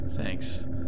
Thanks